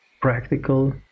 practical